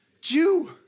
Jew